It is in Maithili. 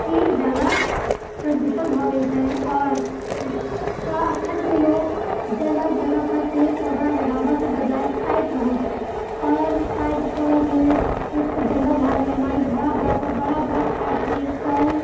एतेक जादा प्रदूषण भऽ गेल छै आओर एतऽ एखनके लोक जगह जगह पर पेड़ पौधा लगाबऽ के बजाए काटि रहल छै आओर काटि कऽ ओहिमे खेतमे जङ्गल झाड़मे माटि भरा भरा कऽ बड़ा बड़ा फैक्ट्री कल